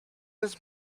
his